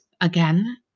again